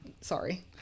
sorry